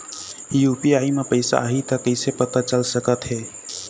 UPI म पैसा आही त कइसे पता चल सकत हे?